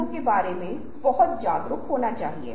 इसलिए हमारे लिए यह जानना बहुत महत्वपूर्ण हो जाता है